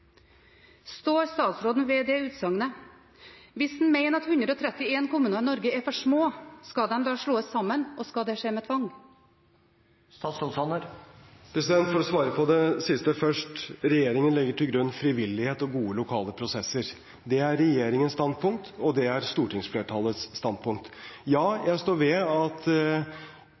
Står statsråden ved det utsagnet? Hvis han mener at 131 kommuner i Norge er for små, skal de da slås sammen, og skal det skje med tvang? For å svare på det siste først: Regjeringen legger til grunn frivillighet og gode lokale prosesser. Det er regjeringens standpunkt, og det er stortingsflertallets standpunkt. Ja,